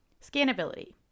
Scannability